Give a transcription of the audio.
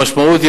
המשמעות היא,